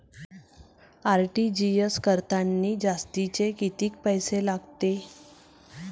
RTGS करतांनी जास्तचे कितीक पैसे लागते?